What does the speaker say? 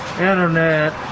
internet